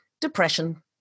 depression